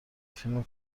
فیلم